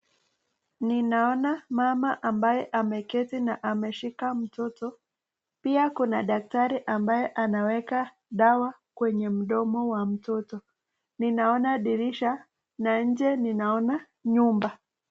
Nina ona mama ambae ameketi na ameshika mtoto pia kuna daktari ambaye anaweka dawa kwenye mdomo wa mtoto Nina ona dirisha na nje nina ona nyumba